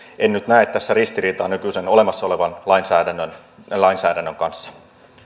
en nyt näe tässä ristiriitaa nykyisen olemassa olevan lainsäädännön